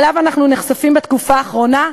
שאליו אנחנו נחשפים בתקופה האחרונה?